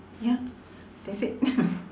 ya that's it